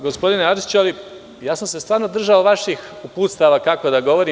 Gospodine Arsiću, ja sam se stvarno držao vaših uputstava kako da govorim.